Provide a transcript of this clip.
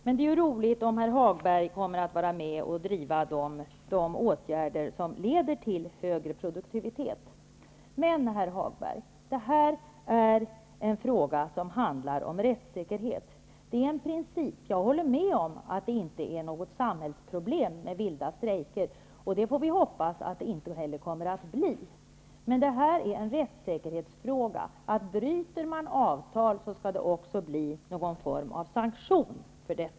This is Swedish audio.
Men det är roligt om herr Hagberg kommer att vara med och driva den politik som leder till högre produktivitet. Herr Hagberg, detta är en fråga som handlar om rättssäkerhet. Det är en princip. Jag håller med om att vilda strejker inte är något samhällsproblem. Vi får hoppas att de inte kommer att bli det heller. Men detta är en rättssäkerhetsfråga. Om man bryter avtal, skall det också bli någon form av sanktion.